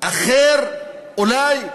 אחר אולי,